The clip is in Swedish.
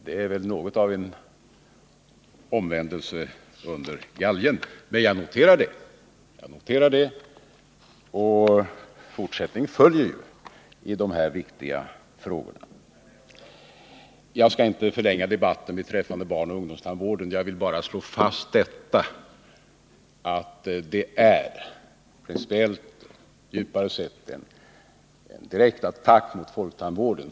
Det är väl något av en omvändelse under galgen. Jag noterar det, och fortsättning följer ju i de här viktiga frågorna. Jag skall inte förlänga debatten om barnoch ungdomstandvården men vill slå fast att det är principiellt och djupare sett en direkt attack mot folktandvården.